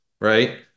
right